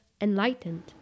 enlightened